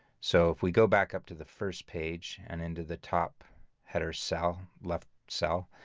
so if we go back up to the first page and into the top header cell, left cell,